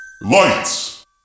lights